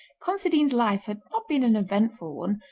considine's life had not been an eventful one.